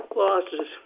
losses